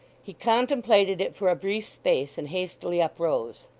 he contemplated it for a brief space, and hastily uprose.